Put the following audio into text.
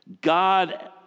God